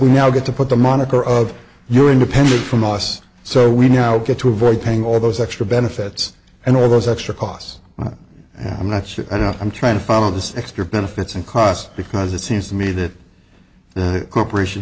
we now get to put the moniker of you're independent from us so we now get to avoid paying all those extra benefits and all of those extra costs and i'm not sure i know i'm trying to follow the extra benefits and costs because it seems to me that the corporation